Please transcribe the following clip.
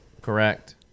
correct